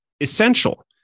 essential